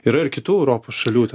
yra ir kitų europos šalių ten